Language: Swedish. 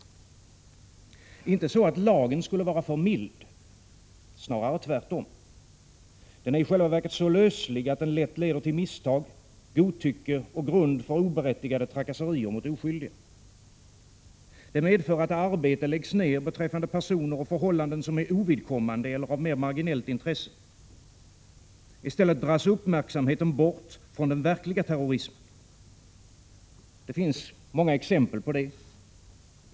Det är inte så, att lagen skulle vara för mild, snarare tvärtom. Den är i själva verket så löslig att den lätt leder till misstag, godtycke och grund för oberättigade trakasserier mot oskyldiga. Det medför att arbete läggs ner beträffande personer och förhållanden som är ovidkommande eller av mer marginellt intresse. I stället dras uppmärksamheten bort från den verkliga terrorismen. Det finns många exempel på det.